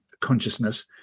consciousness